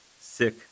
Sick